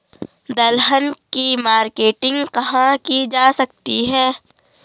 दलहन की मार्केटिंग कहाँ की जा सकती है?